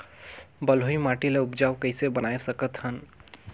बलुही माटी ल उपजाऊ कइसे बनाय सकत हन?